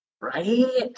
right